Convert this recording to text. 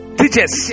teachers